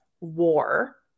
war